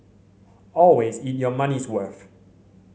always eat your money's worth